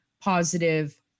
positive